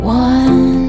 one